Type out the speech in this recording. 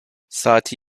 saati